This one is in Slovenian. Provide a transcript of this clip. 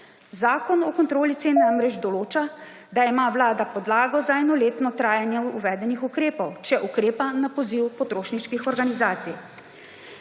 Zakon o kontroli cen namreč določa, da ima vlada podlago za enoletno trajanje uvedenih ukrepov, če ukrepa na poziv potrošniških organizacij.